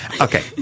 Okay